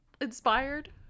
inspired